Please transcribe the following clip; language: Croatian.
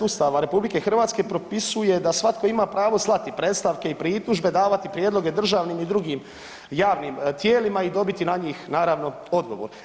Ustava RH propisuje da svatko ima pravo slati predstavke i pritužbe, davati prijedloge državnim i drugim javnim tijelima i dobiti na njih naravno odgovor.